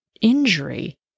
injury